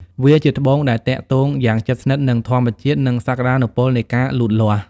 វាជាត្បូងដែលទាក់ទងយ៉ាងជិតស្និទ្ធនឹងធម្មជាតិ និងសក្តានុពលនៃការលូតលាស់។